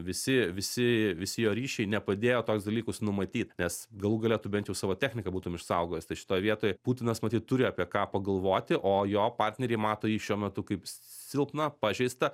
visi visi visi jo ryšiai nepadėjo tokius dalykus numatyt nes galų gale tu bent jau savo techniką būtum išsaugojęs tai šitoj vietoj putinas matyt turi apie ką pagalvoti o jo partneriai mato jį šiuo metu kaip silpną pažeistą